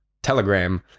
telegram